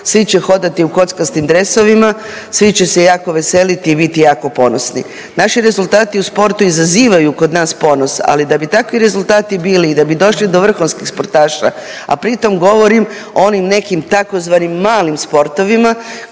svi će hodati u kockastim dresovima, svi će se jako veseliti i biti jako ponosni. Naši rezultati u sportu izazivaju kod nas ponos, ali da da bi takvi rezultati bili i da bi došli do vrhunskih sportaša, a pri tom govorim o onim nekim tzv. malim sportovima